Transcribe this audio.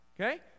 Okay